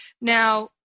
Now